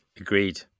agreed